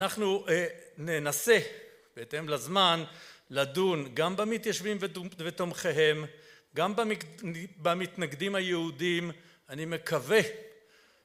אנחנו ננסה, בהתאם לזמן, לדון גם במתיישבים ותומכיהם, גם במתנגדים היהודים, אני מקווה